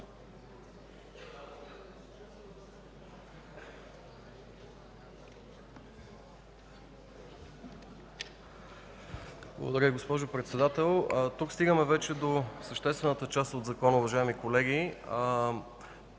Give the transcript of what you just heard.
Благодаря, госпожо Председател. Тук вече стигаме до съществената част от Закона, уважаеми колеги.